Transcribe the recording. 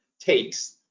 takes